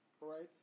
right